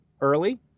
early